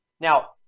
Now